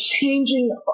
changing